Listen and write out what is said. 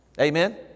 Amen